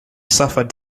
suffered